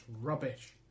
rubbish